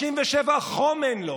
37 חום אין לו.